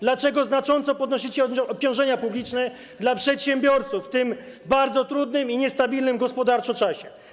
Dlaczego znacząco podnosicie obciążenia publiczne dla przedsiębiorców w tym bardzo trudnym i niestabilnym gospodarczo czasie?